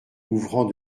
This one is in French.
ouvrant